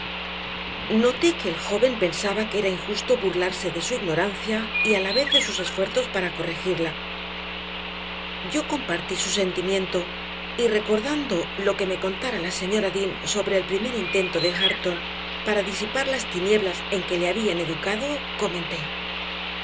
noté que el joven pensaba que era injusto burlarse de su ignorancia y a la vez de sus esfuerzos para corregirla yo compartí su sentimiento y recordando lo que me contara la señora dean sobre el primer intento de hareton para disipar las tinieblas en que le habían educado comenté